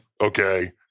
Okay